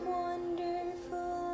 wonderful